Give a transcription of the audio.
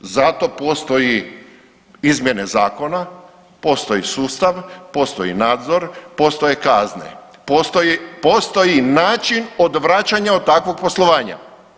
Zato postoji izmjene zakona, postoji sustav, postoji nadzor, postoje kazne, postoji, postoji način odvraćanja od takvog poslovanja.